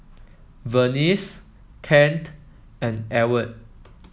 Vernice Kent and Ewart